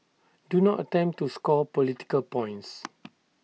do not attempt to score political points